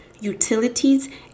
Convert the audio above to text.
utilities